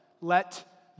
let